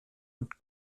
und